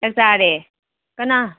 ꯆꯥꯛ ꯆꯥꯔꯦ ꯀꯅꯥ